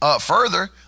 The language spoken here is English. Further